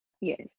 Yes